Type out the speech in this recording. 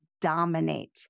dominate